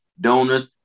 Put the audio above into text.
donors